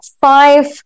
five